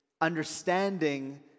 understanding